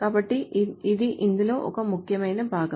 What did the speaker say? కాబట్టి ఇది ఇందులో ఒక ముఖ్యమైన భాగం